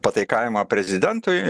pataikavimą prezidentui